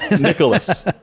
Nicholas